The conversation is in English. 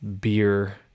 beer